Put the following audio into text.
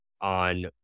on